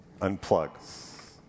Unplug